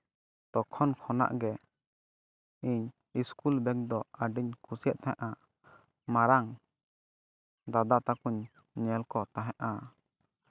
ᱛᱚᱠᱷᱚᱱ ᱠᱷᱚᱱᱟᱜ ᱜᱮ ᱤᱧ ᱤᱥᱠᱩᱞ ᱵᱮᱜᱽ ᱫᱚ ᱟᱹᱰᱤᱧ ᱠᱩᱥᱤᱭᱟᱜ ᱛᱟᱦᱮᱸᱫᱼᱟ ᱢᱟᱨᱟᱝ ᱫᱟᱫᱟ ᱛᱟᱠᱚ ᱧᱮᱞ ᱠᱚ ᱛᱟᱦᱮᱸᱫᱼᱟ